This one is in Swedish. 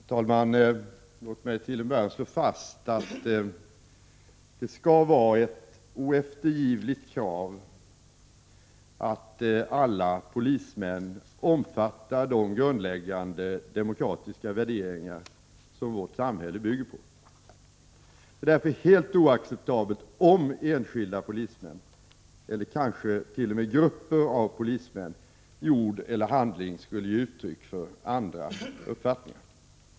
Herr talman! Låt mig till en början slå fast att det skall vara ett oeftergivligt krav att alla polismän omfattar de grundläggande demokratiska värderingar som vårt samhälle bygger på. Det är därför helt oacceptabelt, om enskilda polismän eller kanske t.o.m. grupper av polismän i ord eller handling skulle ge uttryck för andra uppfattningar.